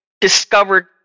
discovered